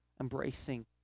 embracing